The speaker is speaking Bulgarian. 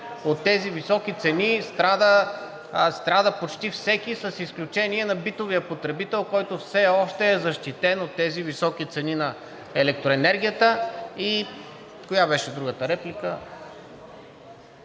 от тези високи цени страда почти всеки с изключение на битовия потребител, който все още е защитен от високите цени на електроенергията. Коя беше другата реплика?